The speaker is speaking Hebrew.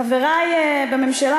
חברי בממשלה,